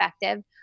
effective